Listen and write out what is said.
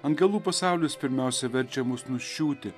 angelų pasaulis pirmiausia verčia mus nuščiūti